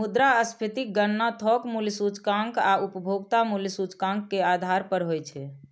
मुद्रास्फीतिक गणना थोक मूल्य सूचकांक आ उपभोक्ता मूल्य सूचकांक के आधार पर होइ छै